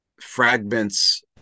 fragments